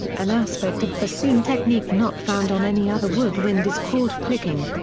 an aspect of bassoon technique not found on any other woodwind is called flicking.